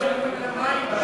שלא יורידו גם את המים בכנסת.